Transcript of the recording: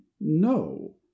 no